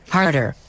Harder